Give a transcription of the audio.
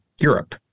Europe